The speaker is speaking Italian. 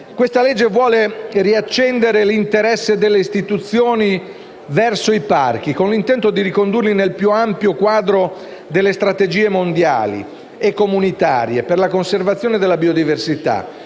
di legge vuole riaccendere l’interesse delle istituzioni verso i parchi con l’intento di ricondurli nel più ampio quadro delle strategie mondiali e comunitarie per la conservazione della biodiversità